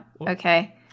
Okay